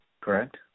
correct